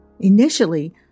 Initially